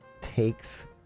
takes